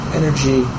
energy